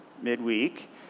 midweek